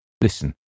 Listen